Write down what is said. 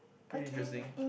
pretty interesting